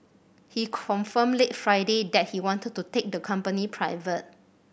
he confirmed late Friday that he wanted to take the company private